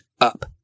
up